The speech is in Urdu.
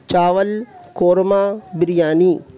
چاول قورمہ بریانی